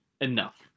enough